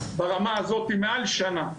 ברמה הזאת מעל שנה.